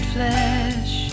flesh